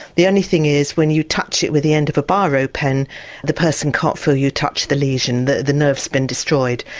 the only thing is when you touch it with the end of a biro pen the person can't feel you touch the lesion, the the nerve has been destroyed.